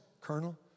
Colonel